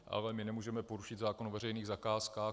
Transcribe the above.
Ale my nemůžeme porušit zákon o veřejných zakázkách.